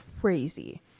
crazy